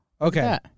Okay